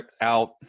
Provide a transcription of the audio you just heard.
out